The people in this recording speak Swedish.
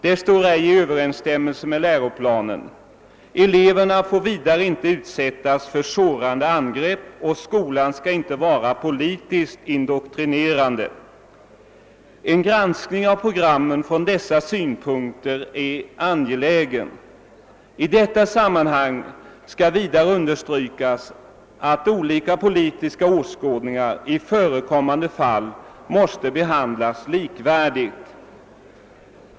Det står ej i överensstämmelse med läroplanen. Eleverna får vidare inte utsättas för sårande angrepp, och skolan skall inte vara politiskt indoktrinerande. En granskning av programmen från dessa synpunkter är angelägen. I detta sammanhang skall vidare understrykas att olika politiska åskådningar i förekommande fall måste behandlas likvärdigt.